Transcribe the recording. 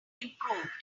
improved